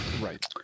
right